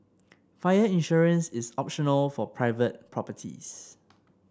fire insurance is optional for private properties